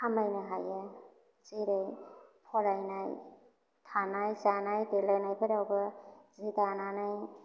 खामायनो हायो जेरै फरायनाय थानाय जानाय देलायनायफोरावबो जि दानानै